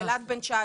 אלעד בן 19,